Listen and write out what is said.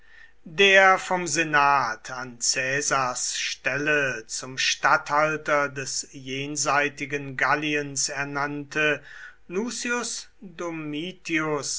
der vom senat an caesars stelle zum statthalter des jenseitigen galliens ernannte lucius domitius